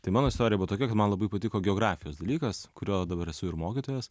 tai mano istorija buvo tokia man labai patiko geografijos dalykas kurio dabar esu ir mokytojas